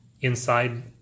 inside